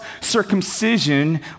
circumcision